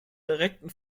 direkten